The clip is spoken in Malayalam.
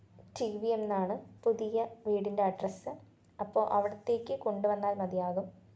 റ്റി വി എമ്മെന്നാണ് പുതിയ വീടിന്റെ അഡ്രസ്സ് അപ്പോൾ അവിടുത്തേയ്ക്ക് കൊണ്ടുവന്നാല് മതിയാകും